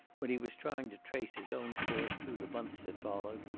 when he was trying to trace his own course through the months that followed,